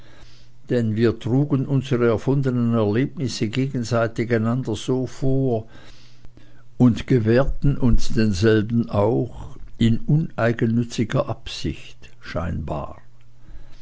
denn wir trugen unsere erfundenen erlebnisse gegenseitig einander so vor als ob wir unbedingten glauben forderten und gewährten uns denselben auch in eigennütziger absicht scheinbar